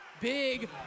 big